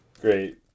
great